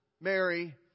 Mary